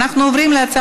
נתקבלה.